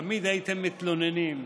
תמיד הייתם מתלוננים,